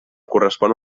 correspon